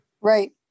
Right